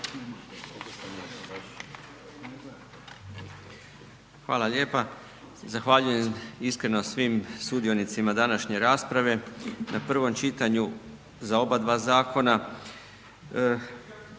Hvala lijepa. Zahvaljujem iskreno svim sudionicima današnje rasprave, na prvom čitanju za oba dva zakona.